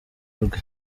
rwe